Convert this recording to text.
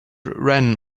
ran